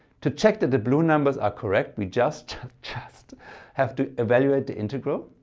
to check that the blue numbers are correct we just just have to evaluate the integral.